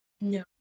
No